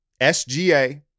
SGA